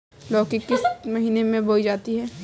लौकी किस महीने में बोई जाती है?